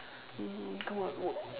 mm come out work